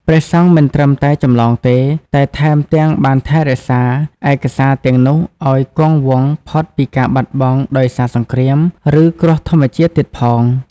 ព្រះសង្ឃមិនត្រឹមតែចម្លងទេ តែថែមទាំងបានថែរក្សាឯកសារទាំងនោះឲ្យគង់វង្សផុតពីការបាត់បង់ដោយសារសង្គ្រាម ឬគ្រោះធម្មជាតិទៀតផង។